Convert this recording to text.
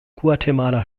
guatemala